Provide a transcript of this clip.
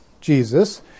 Jesus